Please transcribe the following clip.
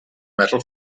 metal